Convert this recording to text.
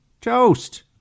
toast